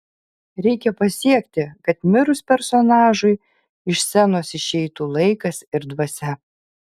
reikia pasiekti kad mirus personažui iš scenos išeitų laikas ir dvasia